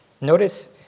Notice